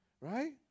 right